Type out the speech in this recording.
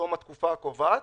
תום התקופה הקובעת,